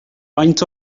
faint